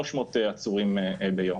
ל-300 עצורים ביום.